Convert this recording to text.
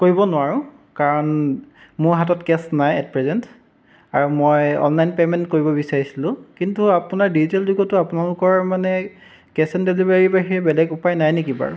কৰিব নোৱাৰোঁ কাৰণ মোৰ হাতত কেছ নাই এট প্ৰেজেণ্ট আৰু মই অনলাইন পে'মেণ্ট কৰিব বিচাৰিছিলোঁ কিন্তু আপোনাৰ ডিজিটেল যুগতো আপোনালোকৰ মানে কেছ এণ্ড ডেলিভাৰীৰ বাহিৰে বেলেগ উপায় নাই নেকি বাৰু